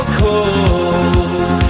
cold